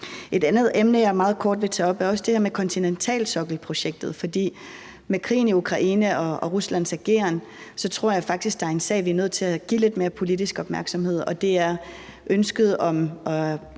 Et andet emne, jeg meget kort vil tage op, er det her med kontinentalsokkelprojektet, for med krigen i Ukraine og Ruslands ageren tror jeg faktisk, at der er en sag, vi er nødt til at give lidt mere politisk opmærksomhed, og det er kampen om